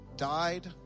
died